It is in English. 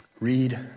read